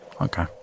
Okay